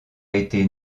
été